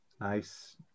Nice